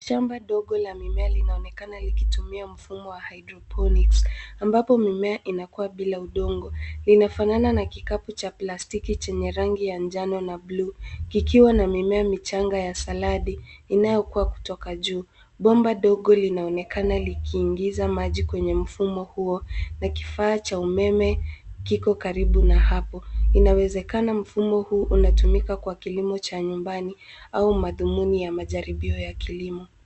Shamba ndogo la mimea linaonekana likitumia mfumo wa hydroponics, ambapo mimea inakua bila udongo. Linafanana na kikapu cha plastiki chenye rangi ya mjano na blue, kikiwa na mimea michanga ya saladi, inayokua kutoka juu. Bomba dogo linaonekana likiingiza maji kwenye mfumo huo na kifaa cha umeme kiko karibu na hapo. Inawezekana mfumo huu unatumika kwa kilimo cha nyumbani, au madhumuni ya majaribio ya kilimo.